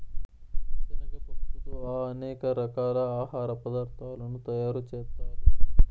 శనగ పప్పుతో అనేక రకాల ఆహార పదార్థాలను తయారు చేత్తారు